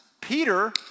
Peter